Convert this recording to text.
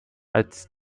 als